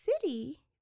City